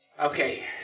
Okay